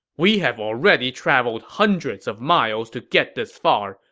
we have already traveled hundreds of miles to get this far.